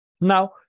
Now